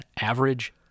average